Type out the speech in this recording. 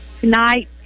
tonight